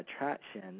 attraction